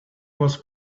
was